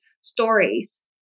stories